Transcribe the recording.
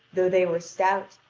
though they were stout,